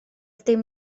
dim